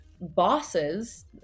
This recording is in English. bosses